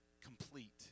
complete